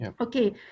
okay